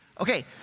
Okay